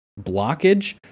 blockage